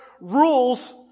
Rules